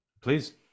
Please